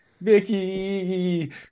Vicky